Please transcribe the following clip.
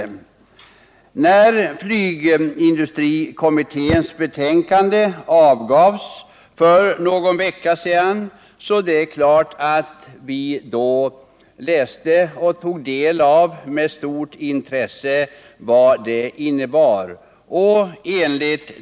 flygindustrins fram Flygindustrikommitténs betänkande avgavs för någon vecka sedan, och tid S det är klart att vi med stort intresse tog del av vad det innebar.